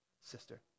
sister